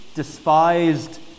despised